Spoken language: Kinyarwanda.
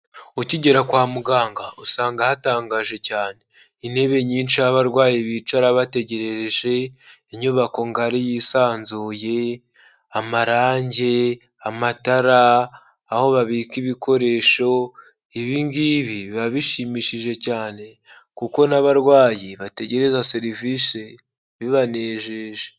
Ukigera kwa muganga usanga hatangaje cyane, intebe nyinshi aho abarwayi bicara bategerereje, inyubako ngari yisanzuye, amarangi, amatara, aho babika ibikoresho, ibi ngibi biba bishimishije cyane kuko n'abarwayi bategereza serivisi bibanejeje.